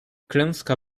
klęska